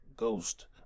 Ghost